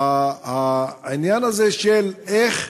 העניין של איך